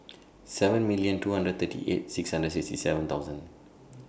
seven million two hundred and thirty eight six hundred and sixty seven thousand